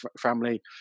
family